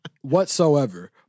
whatsoever